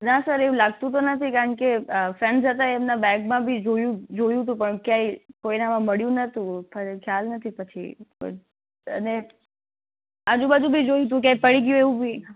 ના સર એવું લાગતું તો નથી કારણ કે ફ્રેન્ડ્સ હતા એમની બેગમાં બી જોયું જોયું તું પણ કોઈનામાં મળ્યું નહતું ખ્યાલ નથી પછી આજુબાજુબી જોયું તું કે પડી ગયું એવું બી